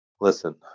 Listen